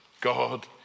God